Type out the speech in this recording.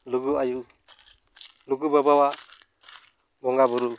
ᱞᱩᱜᱩ ᱟᱭᱳ ᱞᱩᱜᱩ ᱵᱟᱵᱟᱣᱟᱜ ᱵᱚᱸᱜᱟ ᱵᱩᱨᱩ